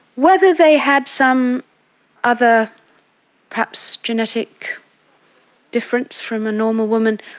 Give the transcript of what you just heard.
whether they had some other perhaps genetic difference from a normal woman,